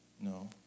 no